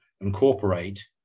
incorporate